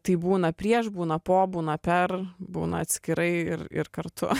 tai būna prieš būna po būna per būna atskirai ir ir kartu